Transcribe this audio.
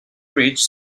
fridge